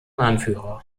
anführer